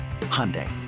Hyundai